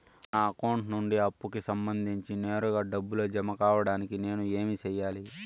నా అకౌంట్ నుండి అప్పుకి సంబంధించి నేరుగా డబ్బులు జామ కావడానికి నేను ఏమి సెయ్యాలి?